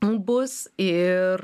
bus ir